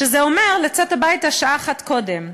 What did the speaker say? שזה אומר לצאת הביתה שעה אחת קודם,